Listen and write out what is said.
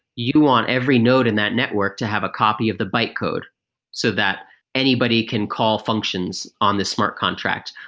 you want every node in that network to have a copy of the byte code so that anybody can call functions on the smart contract,